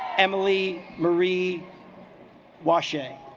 emily marie wash a